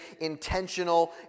intentional